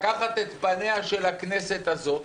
לקחת את פניה של הכנסת הזאת